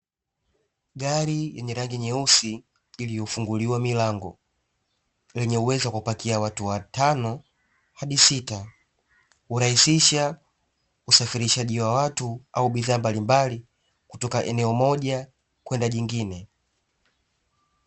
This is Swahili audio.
Gari yenye rangi nyeusi lililofunguliwa milango, lenye uwezo wa kupakia watu watano hadi sita. Hurahisisha usafirishaji wa watu au bidhaa mbalimbali kutoka eneo moja kwenda jingine.